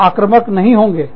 हम आक्रमक नहीं होंगे